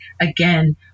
again